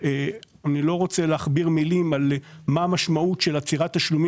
אני לא רוצה להכביר במילים על המשמעות של עצירת תשלומים